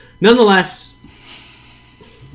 nonetheless